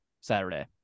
Saturday